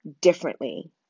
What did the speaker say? differently